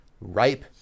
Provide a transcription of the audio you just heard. ripe